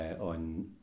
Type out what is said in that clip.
On